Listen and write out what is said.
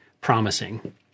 promising